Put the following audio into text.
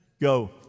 go